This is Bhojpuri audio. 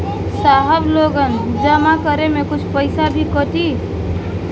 साहब लोन जमा करें में कुछ पैसा भी कटी?